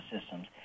systems